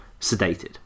sedated